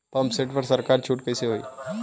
Pump set पर सरकार छूट कईसे होई?